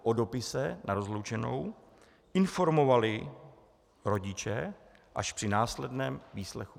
O dopise na rozloučenou informovali rodiče až při následném výslechu.